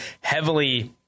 heavily –